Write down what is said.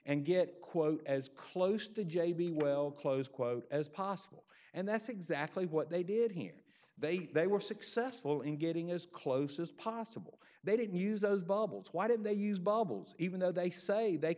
and get quote as close to j b well close quote as possible and that's exactly what they did here they thought they were successful in getting as close as possible they didn't use those bubbles why did they use bubbles even though they say they